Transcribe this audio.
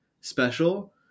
special